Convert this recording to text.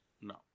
no